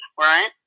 right